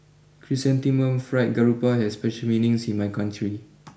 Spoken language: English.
Chrysanthemum Fried Garoupa has special meanings in my country